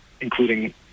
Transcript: including